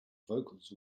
vocals